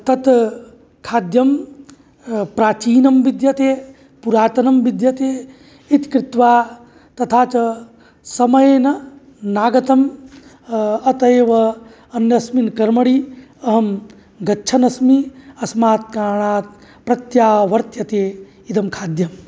तत् खाद्यं प्राचीनं विद्यते पुरातनं विद्यते इति कृत्वा तथा च समयेन नागतं अत एव अन्यस्मिन् कर्मणि अहं गच्छन्नस्मि अस्मात् कारणात् प्रत्यावर्त्यते इदं खाद्यं